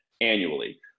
annually